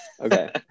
Okay